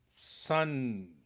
sun